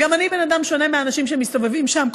אבל גם אני בן אדם שונה מהאנשים שמסתובבים שם,